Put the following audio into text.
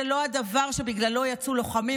זה לא הדבר שבגללו יצאו לוחמים,